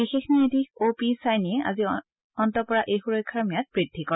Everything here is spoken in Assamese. বিশেষ ন্যায়াধিশ অ' পি চাইনিয়ে আজি অন্ত পৰা এই সুৰক্ষাৰ ম্যাদ বৃদ্ধি কৰে